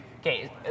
okay